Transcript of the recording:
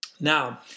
Now